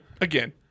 again